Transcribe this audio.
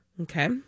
Okay